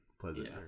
pleasant